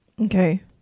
Okay